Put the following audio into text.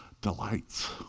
delights